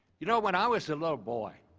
you know when i was a little boy,